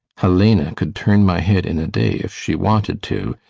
helena could turn my head in a day if she wanted to,